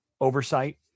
oversight